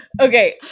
Okay